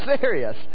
serious